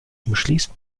umschließt